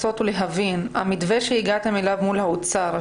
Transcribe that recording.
המתווה שהגעתם אליו מול האוצר,